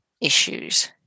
issues